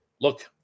look